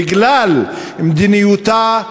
בגלל מדיניותה,